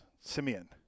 Simeon